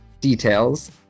details